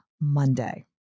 Monday